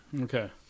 Okay